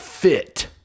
fit